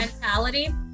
Mentality